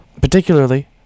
Particularly